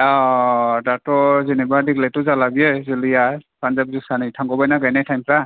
औ दाथ' जेनोबा देग्लायथ' जाला बियो जोलैया पानजाब जोसा नै थांग'बाय ना गायनाय थाइमफ्रा